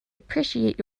appreciate